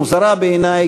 המוזרה בעיני,